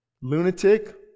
Lunatic